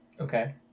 Okay